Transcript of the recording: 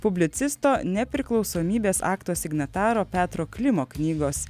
publicisto nepriklausomybės akto signataro petro klimo knygos